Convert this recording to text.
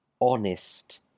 honest